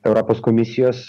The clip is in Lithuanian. europos komisijos